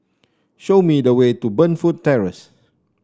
show me the way to Burnfoot Terrace